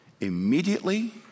immediately